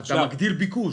--- אתה מגדיל ביקוש.